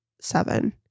seven